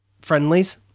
friendlies